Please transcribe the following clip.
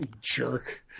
jerk